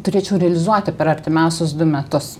turėčiau realizuoti per artimiausius du metus